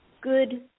good